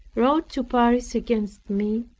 wrote to paris against me,